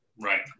Right